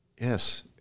yes